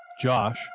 Josh